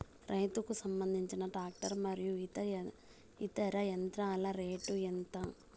రైతుకు సంబంధించిన టాక్టర్ మరియు ఇతర యంత్రాల రేటు ఎంత?